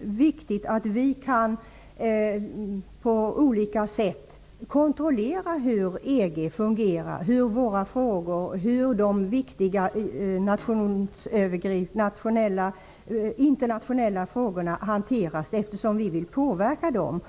viktigt att vi på olika sätt kan kontrollera hur EG fungerar, hur de viktiga nationella och internationella frågorna hanteras, eftersom vi vill påverka dem.